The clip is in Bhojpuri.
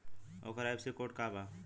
ओकर आई.एफ.एस.सी कोड का बा?